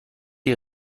die